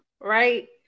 right